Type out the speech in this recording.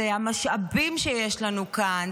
אלו המשאבים שיש לנו כאן,